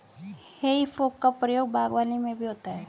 हेइ फोक का प्रयोग बागवानी में भी होता है